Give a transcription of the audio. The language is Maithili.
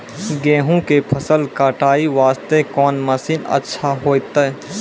गेहूँ के फसल कटाई वास्ते कोंन मसीन अच्छा होइतै?